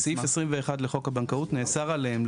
בסעיף 21 לחוק הבנקאות נאסר עליהם,